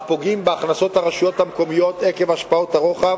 פוגעים בהכנסות הרשויות המקומיות עקב השפעות הרוחב.